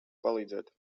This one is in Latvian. palīdzēt